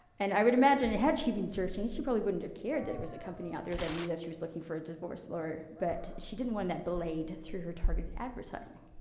and i would imagine, had she been searching, she probably wouldn't have cared that there was a company out there that knew that she was looking for a divorce lawyer, but she didn't want that belayed through her targeted advertising.